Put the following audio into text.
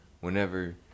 whenever